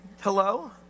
hello